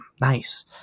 nice